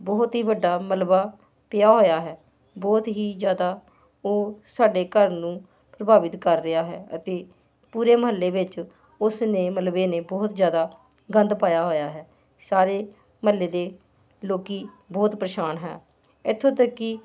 ਬਹੁਤ ਹੀ ਵੱਡਾ ਮਲਬਾ ਪਿਆ ਹੋਇਆ ਹੈ ਬਹੁਤ ਹੀ ਜ਼ਿਆਦਾ ਉਹ ਸਾਡੇ ਘਰ ਨੂੰ ਪ੍ਰਭਾਵਿਤ ਕਰ ਰਿਹਾ ਹੈ ਅਤੇ ਪੂਰੇ ਮਹੱਲੇ ਵਿੱਚ ਉਸ ਨੇ ਮਲਬੇ ਨੇ ਬਹੁਤ ਜ਼ਿਆਦਾ ਗੰਦ ਪਾਇਆ ਹੋਇਆ ਹੈ ਸਾਰੇ ਮਹੱਲੇ ਦੇ ਲੋਕ ਬਹੁਤ ਪਰੇਸ਼ਾਨ ਹੈ ਇੱਥੋਂ ਤੱਕ ਕਿ